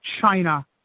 China